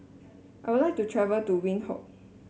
I would like to travel to Windhoek